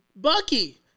Bucky